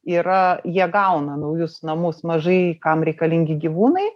yra jie gauna naujus namus mažai kam reikalingi gyvūnai